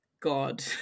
god